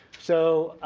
so,